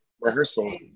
rehearsal